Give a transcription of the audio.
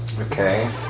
Okay